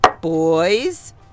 Boys